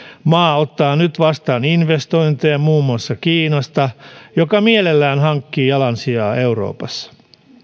maa ottaa nyt vastaan investointeja muun muassa kiinasta joka mielellään hankkii jalansijaa euroopassa